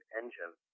engine